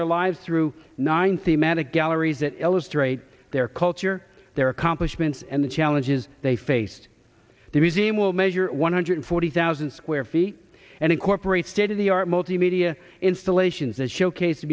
their lives through nine thematic galleries that illustrate their culture their accomplishments and the challenges they faced the museum will measure one hundred forty thousand square feet and incorporate state of the art multimedia installations as showcase